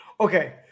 Okay